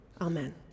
Amen